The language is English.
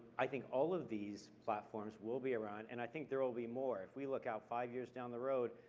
i think all of these platforms will be around and i think there will be more. if we look out five years down the road,